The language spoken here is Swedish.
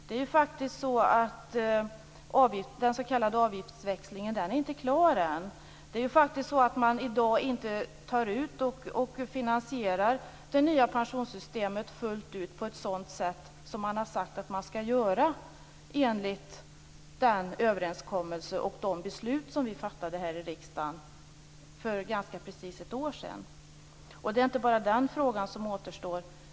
Det är faktiskt så att den s.k. avgiftsväxlingen inte är klar än. Det är faktiskt så att man i dag inte finansierar det nya pensionssystemet fullt ut på ett sådant sätt som man har sagt att man skall göra enligt den överenskommelse som vi träffade och det beslut som vi fattade här i riksdagen för ganska precis ett år sedan. Och det är inte bara den frågan som återstår.